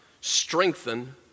strengthen